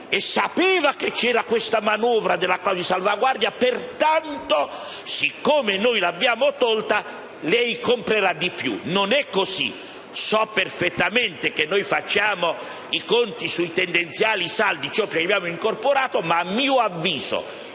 sapeva che c'era questa manovra della clausola di salvaguardia; pertanto, siccome l'abbiamo tolta, lei comprerà di più. Non è così. So perfettamente che noi facciamo i conti su tendenziali e saldi, ciò che abbiamo incorporato ma, a mio avviso,